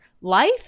life